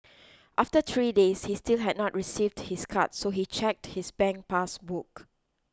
after three days he still had not received his card so he checked his bank pass book